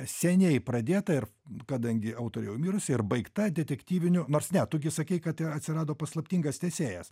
seniai pradėta ir kadangi autorė jau mirusi ir baigta detektyvinių nors ne tu gi sakei kad atsirado paslaptingas tęsėjas